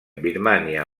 birmània